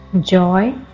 Joy